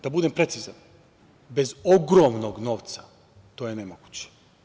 Da budem precizan, bez ogromnog novca, to je nemoguće.